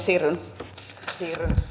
siirryn puhujakorokkeelle